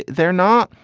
they're not.